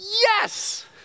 yes